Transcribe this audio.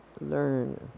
learn